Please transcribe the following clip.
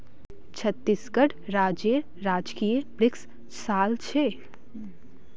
छत्तीसगढ़ राज्येर राजकीय वृक्ष साल छे